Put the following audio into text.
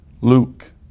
Luke